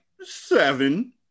seven